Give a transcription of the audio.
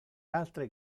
altre